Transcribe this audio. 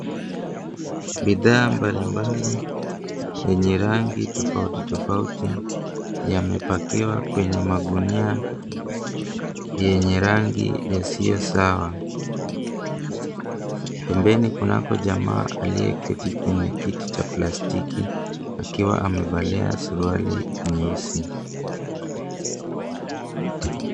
Bidhaa mbalimbali yenye rangi tofauti tofauti yamepakiwa kwenye magunia yenye rangi yasiyo sawa. Pembeni kunako jamaa aliyeketi kwenye kiti cha plastiki akiwa amevalia suruali nyeusi.